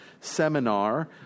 Seminar